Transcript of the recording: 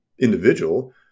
individual